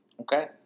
Okay